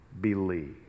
believe